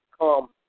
come